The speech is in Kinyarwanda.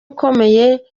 ukomeye